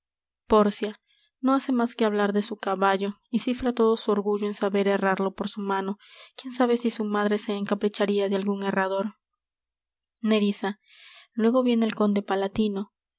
pórcia no hace más que hablar de su caballo y cifra todo su orgullo en saber herrarlo por su mano quién sabe si su madre se encapricharia de algun herrador nerissa luego viene el conde palatino